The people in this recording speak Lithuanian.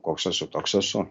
koks esu toks esu